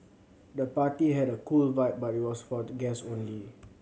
the party had a cool vibe but it was for guests only